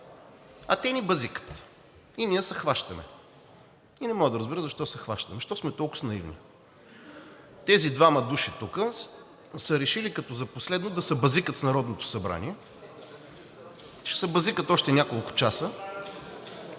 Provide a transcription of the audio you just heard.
А те ни бъзикат и ние се хващаме. И не мога да разбера защо се хващаме. Защо сме толкова наивни?! Тези двама души тук са решили като за последно да се бъзикат с Народното събрание. Ще се бъзикат още няколко часа.